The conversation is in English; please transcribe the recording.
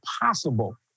possible